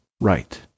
right